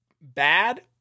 bad